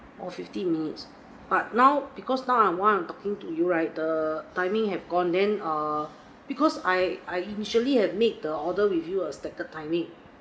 orh fifteen minutes but now because now uh while I'm talking to you right the timing have gone then uh because I I initially had made the order with your expected timing